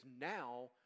now